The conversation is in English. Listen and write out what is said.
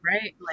Right